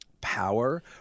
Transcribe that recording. power